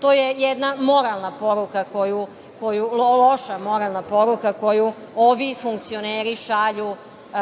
To je jedna loša moralna poruka koju ovi funkcioneru šalju